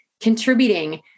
contributing